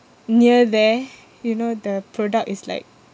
near there you know the product is like